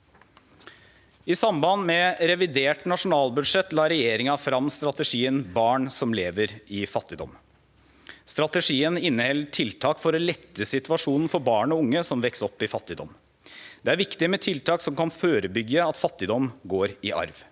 I samband med revidert nasjonalbudsjett la regjeringa fram strategien «Barn som lever i fattigdom». Strategien inneheld tiltak for å lette situasjonen for barn og unge som veks opp i fattigdom. Det er viktig med tiltak som kan førebyggje at fattigdom går i arv.